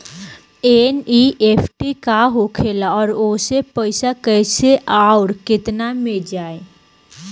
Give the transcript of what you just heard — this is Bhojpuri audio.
एन.ई.एफ.टी का होखेला और ओसे पैसा कैसे आउर केतना दिन मे जायी?